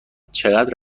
چقدر